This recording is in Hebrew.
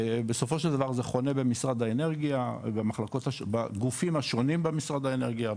בסופו של דבר זה חונה במשרד האנרגיה בגופים השונים במשרד האנרגיה,